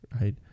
right